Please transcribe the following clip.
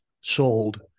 sold